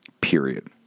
period